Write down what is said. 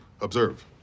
Observe